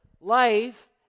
life